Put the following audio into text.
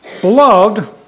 Beloved